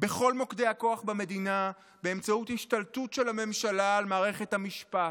בכל מוקדי הכוח במדינה באמצעות השתלטות של הממשלה על מערכת המשפט.